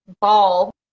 ball